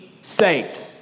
saved